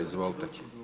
Izvolite.